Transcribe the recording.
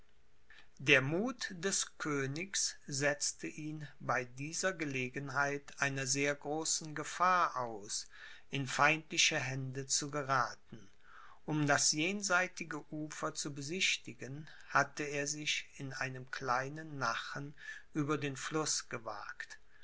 der muth des königs setzte ihn bei dieser gelegenheit einer sehr großen gefahr aus in feindliche hände zu gerathen um das jenseitige ufer zu besichtigen hatte er sich in einem kleinen nachen über den fluß gewagt